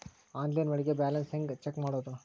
Online ಒಳಗೆ balance ಹ್ಯಾಂಗ check ಮಾಡೋದು?